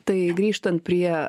tai grįžtant prie